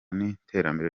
n’iterambere